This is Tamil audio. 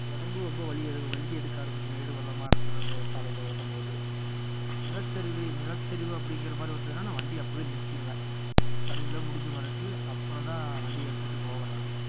உடம்பு ரொம்ப வலி எடுக்க வலிக்க எடுக்க ஆரம்பிக்கும் மேடு பள்ளமாக இருக்கிறது சாலையில் ஓட்டும்போது நிலச்சரிவு நிலச்சரிவு அப்படிங்கிற மாதிரி வந்ததுனா நான் வேண்டிய அப்போவே நிறுத்திருவேன் சரிவுலாம் முடிஞ்ச பிறகு அப்புறோந்தான் வண்டியை எடுத்துகிட்டு போவேன் நான்